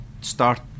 start